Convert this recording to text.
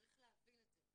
צריך להבין את זה,